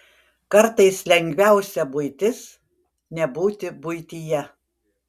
kartais lengviausia buitis nebūti buityje